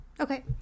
Okay